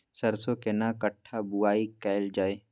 सरसो केना कट्ठा बुआई कैल जाय?